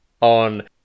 on